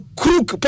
crook